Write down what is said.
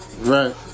Right